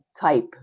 type